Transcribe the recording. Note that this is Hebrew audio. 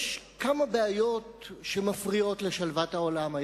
יש כמה בעיות שמפריעות לשלוות העולם.